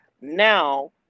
now